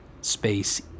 space